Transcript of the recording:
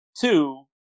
Two